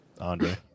Andre